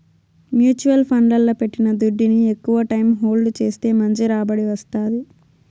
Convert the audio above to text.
mutual ఫండ్లల్ల పెట్టిన దుడ్డుని ఎక్కవ టైం హోల్డ్ చేస్తే మంచి రాబడి వస్తాది